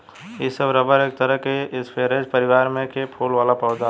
इ सब रबर एक तरह के स्परेज परिवार में के फूल वाला पौधा ह